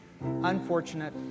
unfortunate